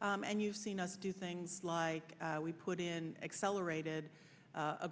and you've seen us do things like we put in accelerated